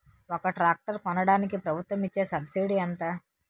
ఒక ట్రాక్టర్ కొనడానికి ప్రభుత్వం ఇచే సబ్సిడీ ఎంత?